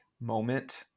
moment